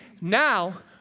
now